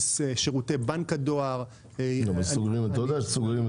שירותי בנק הדואר -- אתה יודע שכל הזמן סוגרים סניפים.